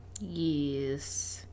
yes